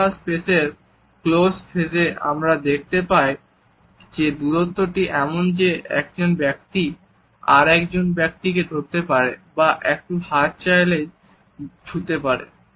personal স্পেসের close ফেজে আমরা দেখতে পাই যে দূরত্বটি এমন যে একজন ব্যক্তি আর একজন ব্যক্তিকে ধরতে পারে বা একটি হাত বাড়ালেই ছুঁতে পারে